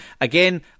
again